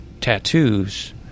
tattoos